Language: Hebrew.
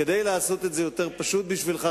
כדי לעשות את זה יותר פשוט בשבילך,